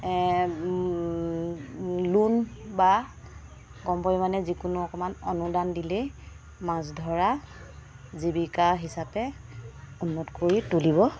loan বা কম পৰিমাণে যিকোনো অকণমান অনুদান দিলেই মাছ ধৰা জীৱিকা হিচাপে উন্নত কৰি তুলিব